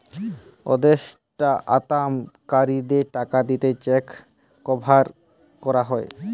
আদেষ্টা আমানতকারীদের টাকা দিতে চেক ব্যাভার কোরা হয়